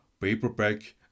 paperback